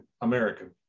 American